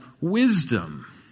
wisdom